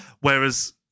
whereas